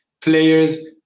players